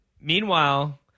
Meanwhile